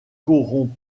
corrompt